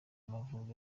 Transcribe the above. amavubi